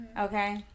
okay